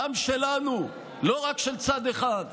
גם שלנו, לא רק של צד אחד.